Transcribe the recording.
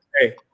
hey